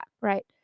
Right